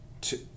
two